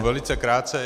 Velice krátce.